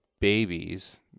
babies